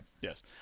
yes